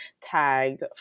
tagged